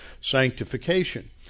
sanctification